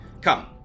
Come